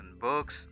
books